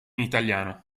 italiano